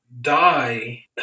die